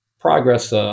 progress